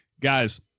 guys